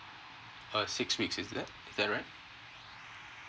err six weeks is that is that right